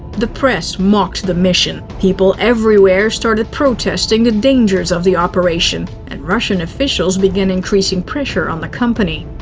the press mocked the mission, people everywhere started protesting the dangers of the operation, and russian officials began increasing pressure on the company.